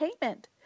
payment